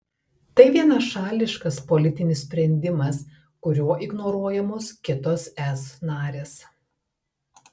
tai vienašališkas politinis sprendimas kuriuo ignoruojamos kitos es narės